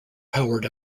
powered